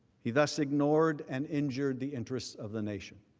he thus ignored and injured the interests of the nation.